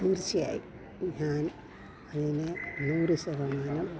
തീർച്ചയായും ഞാൻ അതിനെ നൂറ് ശതമാനം